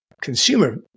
consumer